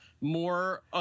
more